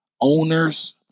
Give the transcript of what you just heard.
owners